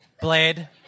Blade